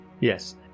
Yes